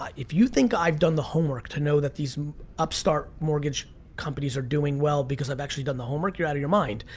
if you think i've done the homework to know that these upstart mortgage companies are doing well because i've actually done the homework, you're out of your mind.